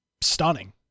stunning